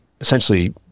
essentially